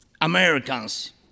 Americans